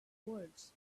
words